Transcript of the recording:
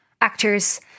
actors